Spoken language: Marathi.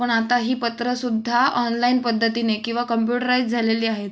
पण आता ही पत्रसुद्धा ऑनलाईन पद्धतीने किवा कम्प्युटराईज्ड झालेली आहेत